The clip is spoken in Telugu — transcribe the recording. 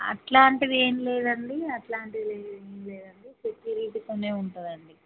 అలాంటిది ఏం లేదండి అలాంటిది ఏం లేదండి సెక్యూరిటీ తోనే ఉంటుందండి